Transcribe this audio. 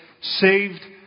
saved